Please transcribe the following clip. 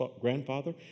grandfather